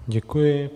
Děkuji.